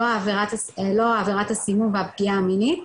לא עבירת הסימום והפגיעה המינית,